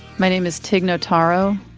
my name is tig notaro.